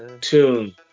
tune